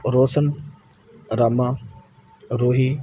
Roshan Rama Arohi